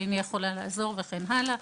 לבדוק אם היא יכולה לעזור וכן הלאה.